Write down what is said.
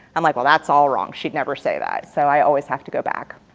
i'm like, well that's all wrong, she'd never say that. so i always have to go back.